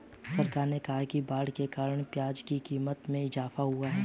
सरकार ने कहा कि बाढ़ के कारण प्याज़ की क़ीमत में इजाफ़ा हुआ है